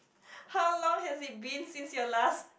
how long has it been since your last